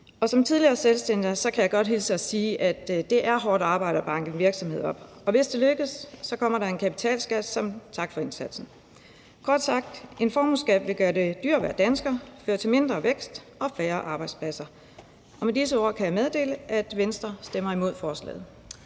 som tidligere selvstændig kan jeg godt hilse og sige, at det er hårdt arbejde at banke en virksomhed op, og hvis det lykkes, kommer der er en kapitalskat som tak for indsatsen. Kort sagt: En formueskat vil gøre det dyrere at være dansker, føre til mindre vækst og færre arbejdspladser, og med disse ord kan jeg meddele, at Venstre stemmer imod forslaget.